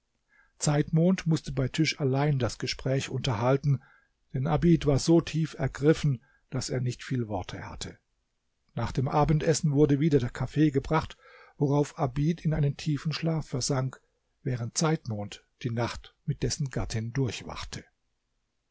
zeitmond mußte bei tisch allein das gespräch unterhalten denn abid war so tief ergriffen daß er nicht viel worte hatte nach dem abendessen wurde wieder der kaffee gebracht worauf abid in einen tiefen schlaf versank während zeitmond die nacht mit dessen gattin durchwachte